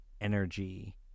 energy